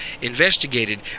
investigated